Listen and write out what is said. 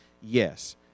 Yes